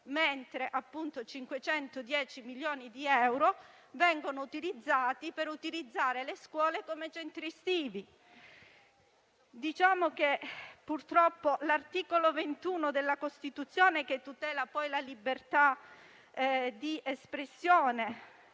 mentre 510 milioni di euro vengono spesi per utilizzare le scuole come centri estivi. L'articolo 21 della Costituzione, che tutela la libertà di espressione,